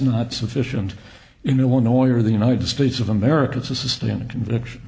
not sufficient in illinois or the united states of america to sustain a conviction